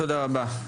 תודה רבה.